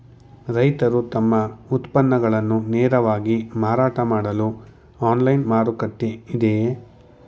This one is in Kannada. ರೈತರು ತಮ್ಮ ಉತ್ಪನ್ನಗಳನ್ನು ನೇರವಾಗಿ ಮಾರಾಟ ಮಾಡಲು ಆನ್ಲೈನ್ ಮಾರುಕಟ್ಟೆ ಇದೆಯೇ?